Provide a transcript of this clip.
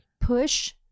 push